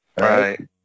Right